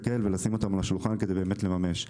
לשים אותם על השולחן כדי לממש אותם.